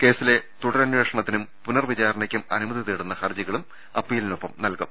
കേസിലെ തുടരനേഷണത്തിനും പുനർ വിചാരണക്കും അനുമതി തേടുന്ന ഹർജികളും അപ്പീലിനൊപ്പം നൽകും